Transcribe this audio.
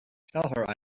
her